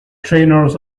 trainers